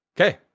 Okay